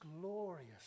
glorious